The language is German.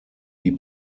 die